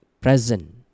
present